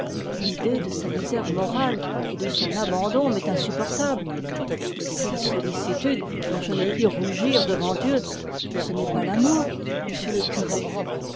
l'idée de sa misère morale et de son abandon m'est insupportable mais cette sollicitude dont je ne puis rougir devant dieu ce n'est pas l'amour monsieur le curé